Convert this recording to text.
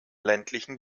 ländlichen